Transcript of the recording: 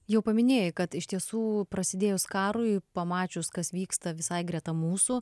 jau paminėjai kad iš tiesų prasidėjus karui pamačius kas vyksta visai greta mūsų